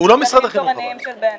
לגנים התורניים של בנט.